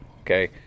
okay